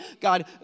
God